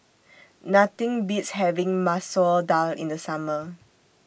Nothing Beats having Masoor Dal in The Summer